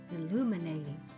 Illuminating